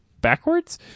backwards